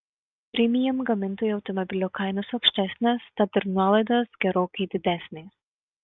premium gamintojų automobilių kainos aukštesnės tad ir nuolaidos gerokai didesnės